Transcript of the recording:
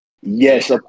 Yes